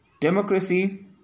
Democracy